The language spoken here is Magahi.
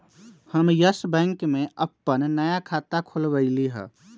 हम यस बैंक में अप्पन नया खाता खोलबईलि ह